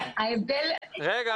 --- רגע,